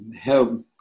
help